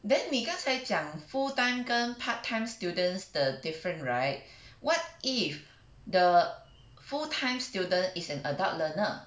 then 你刚才讲 full time 跟 part time students the different right what if the full time student is an adult learner